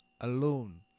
alone